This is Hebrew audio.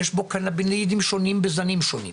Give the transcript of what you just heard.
יש בו קנבנויידים שונים בזנים שונים,